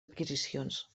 adquisicions